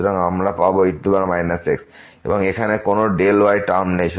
সুতরাং আমরা পাব e x এবং এখানে কোন y টার্ম নেই